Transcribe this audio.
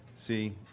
See